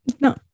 no